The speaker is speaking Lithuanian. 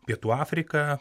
pietų afrika